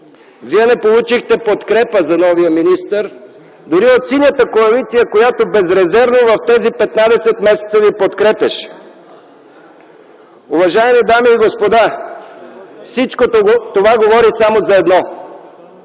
Вие не получихте подкрепа за новия министър, дори от Синята коалиция, която безрезервно в тези 15 месеца ви подкрепяше. Уважаеми дами и господа, всичко това говори само за едно,